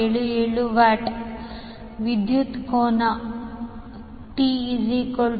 77VAR ವಿದ್ಯುತ್ ಕೋನ QTPT 935